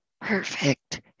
perfect